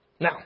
Now